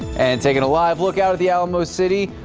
and taking a live look out of the alamo city.